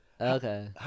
Okay